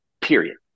period